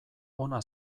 ona